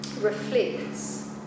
reflects